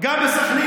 גם בסח'נין?